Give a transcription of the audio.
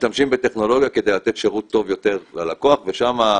משתמשים בטכנולוגיה כדי לתת שירות טוב יותר ללקוח ושם,